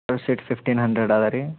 per seat fifteen hundred ಅದ ರೀ